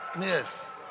Yes